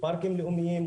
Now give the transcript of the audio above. פארקים עירוניים,